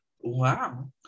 Wow